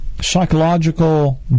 psychological